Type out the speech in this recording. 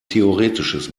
theoretisches